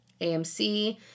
AMC